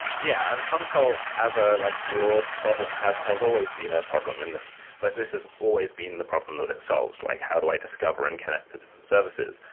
yeah, and consul as ah like broad problem has has always been a problem. this like this has always been the problem that it solves, like how do i discover and connect to different services.